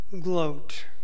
gloat